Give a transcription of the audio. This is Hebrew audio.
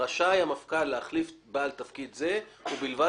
רשאי המפכ"ל להחליף בעל תפקיד זה ובלבד